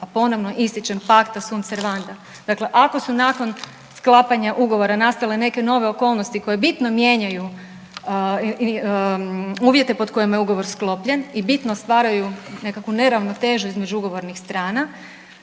A ponovno ističem pacta sunt servanda, dakle ako su nakon sklapanja ugovora nastale neke nove okolnosti koje bitno mijenjaju uvjete pod kojima je ugovor sklopljen i bitno stvaraju nekakvu neravnotežu između ugovornih strana